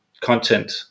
content